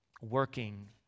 working